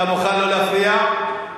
נא לאפשר לשר,